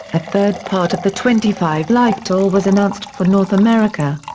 a third part of the twenty five live tour was announced for north america.